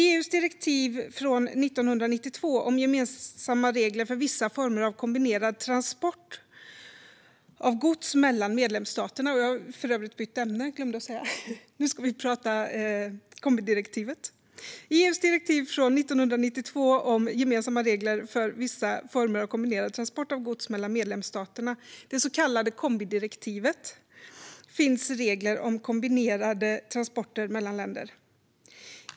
Jag byter ämne och går över till att prata om kombidirektivet. I EU:s direktiv från 1992 om gemensamma regler för vissa former av kombinerad transport av gods mellan medlemsstaterna, det så kallade kombidirektivet, finns regler om kombinerade transporter mellan länder.